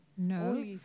No